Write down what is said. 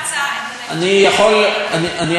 אני יכול לחדש לך,